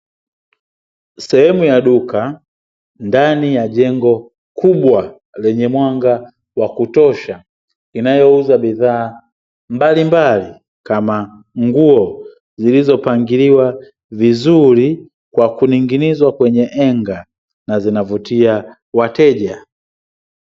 Sehemu ya duka ndani ya jengo kubwa lenye mwanga wa kutosha, linalouza bidhaa mbalimbali kama nguo, zilizopangiliwa vizuri kwa kuning'inizwa kwenye henga, na zinavutia wateja.